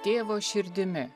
tėvo širdimi